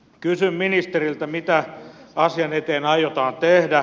kysyn ministeriltä mitä asian eteen aiotaan tehdä